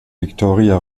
victoria